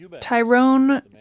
Tyrone